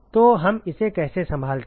तो हम इसे कैसे संभालते हैं